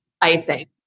icing